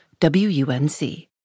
WUNC